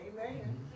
Amen